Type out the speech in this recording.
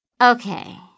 Okay